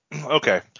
okay